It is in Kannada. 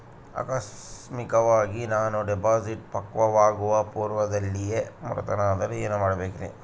ಆಕಸ್ಮಿಕವಾಗಿ ನಾನು ಡಿಪಾಸಿಟ್ ಪಕ್ವವಾಗುವ ಪೂರ್ವದಲ್ಲಿಯೇ ಮೃತನಾದರೆ ಏನು ಮಾಡಬೇಕ್ರಿ?